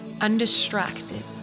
undistracted